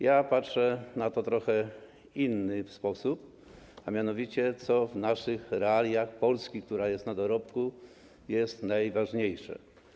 Ja patrzę na to trochę w inny sposób, a mianowicie co w naszych realiach, Polski, która jest na dorobku, jest najważniejsze.